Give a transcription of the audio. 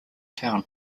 town